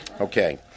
Okay